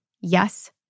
Yes